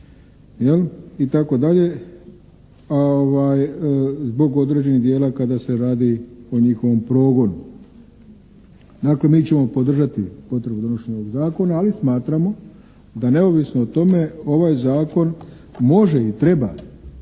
itd. a zbog određenih djela kada se radi o njihovom progonu. Dakle mi ćemo podržati potrebu donošenja ovog zakona, ali smatramo da neovisno o tome ovaj zakon može i treba